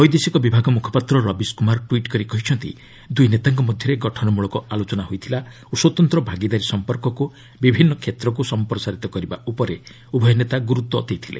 ବୈଦେଶିକ ବିଭାଗ ମୁଖପାତ୍ର ରବିଶ କୁମାର ଟ୍ୱିଟ୍ କରି କହିଛନ୍ତି ଦୁଇ ନେତାଙ୍କ ମଧ୍ୟରେ ଗଠନମୂଳକ ଆଲୋଚନା ହୋଇଥିଲା ଓ ସ୍ୱତନ୍ତ ଭାଗିଦାରୀ ସମ୍ପର୍କକୁ ବିଭିନ୍ନ କ୍ଷେତ୍ରକୁ ସମ୍ପ୍ରସାରିତ କରିବା ଉପରେ ଉଭୟ ନେତା ଗୁରୁତ୍ୱ ଦେଇଥିଲେ